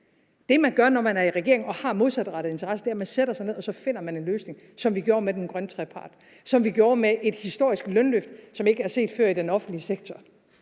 Det, man gør, når man er i regering og har modsatrettede interesser, er, at man sætter sig ned, og så finder man en løsning, som vi gjorde med den grønne trepart, som vi gjorde med et historisk lønløft, som ikke er set før i den offentlige sektor,